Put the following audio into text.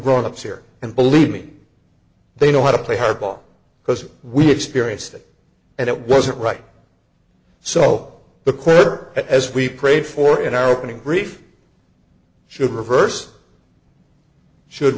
grown ups here and believe me they know how to play hardball because we experienced it and it wasn't right so the coroner as we prayed for in our opening brief should reverse should